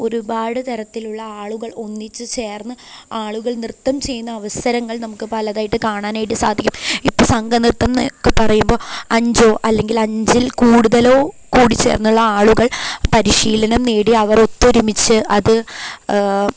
ഒരുപാട് തരത്തിലുള്ള ആളുകൾ ഒന്നിച്ച് ചേർന്ന് ആളുകൾ നൃത്തം ചെയ്യുന്ന അവസരങ്ങൾ നമുക്ക് പലതായിട്ട് കാണാനായിട്ട് സാധിക്കും ഇപ്പോള് സംഘനൃത്തമെന്നൊക്കെ പറയുമ്പോള് അഞ്ചോ അല്ലെങ്കിൽ അഞ്ചിൽ കൂടുതലോ കൂടി ചേർന്നുള്ള ആളുകൾ പരിശീലനം നേടി അവരൊത്തൊരുമിച്ച് അത്